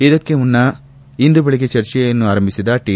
ಇದಕ್ಕೆ ಮುನ್ನ ಇಂದು ಬೆಳಿಗ್ಗೆ ಚರ್ಚೆಯನ್ನು ಆರಂಭಿಸಿದ ಟಿ